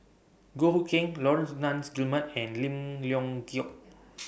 Goh Hood Keng Laurence Nunns Guillemard and Lim Leong Geok